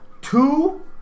two